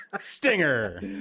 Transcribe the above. Stinger